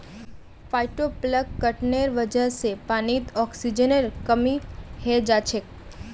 फाइटोप्लांकटनेर वजह से पानीत ऑक्सीजनेर कमी हैं जाछेक